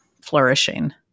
flourishing